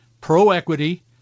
Pro-equity